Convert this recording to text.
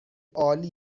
عالی